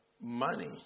money